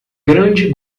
grande